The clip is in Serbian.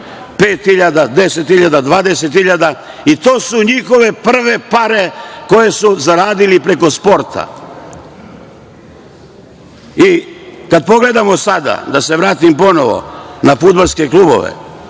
5.000, 10.000. 20.000 i to su njihove prve pare koje su zaradili preko sporta. Da se vratim ponovo na fudbalske klubove,